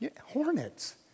Hornets